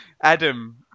Adam